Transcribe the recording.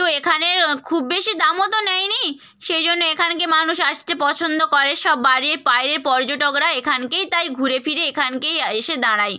তো এখানে খুব বেশি দামও তো নেই নি সেই জন্য এখানকে মানুষ আসছে পছন্দ করে সব বাড়ি বাইরের পর্যটকরা এখানকেই তাই ঘুরে ফিরে এখানকেই এসে দাঁড়াই